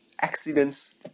accidents